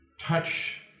touch